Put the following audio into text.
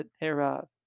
thereof